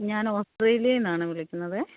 ഞാൻ ഓസ്ട്രേലിയയിൽ നിന്നാണ് വിളിക്കുന്നതേ